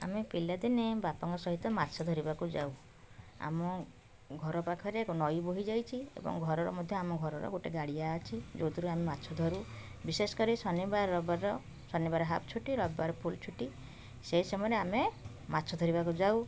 ଆମେ ପିଲାଦିନେ ବାପାଙ୍କ ସହିତ ମାଛ ଧରିବାକୁ ଯାଉ ଆମ ଘର ପାଖରେ ଏକ ନଈ ବହିଯାଇଛି ଏବଂ ଘରର ମଧ୍ୟ ଆମ ଘରର ଗୋଟେ ଗାଡ଼ିଆ ଅଛି ଯେଉଁଥିରୁ ଆମେ ମାଛ ଧରୁ ବିଶେଷ କରି ଶନିବାର ରବିବାର ଶନିବାର ହାପ୍ ଛୁଟି ରବିବାର ଫୁଲ୍ ଛୁଟି ସେ ସମୟରେ ଆମେ ମାଛ ଧରିବାକୁ ଯାଉ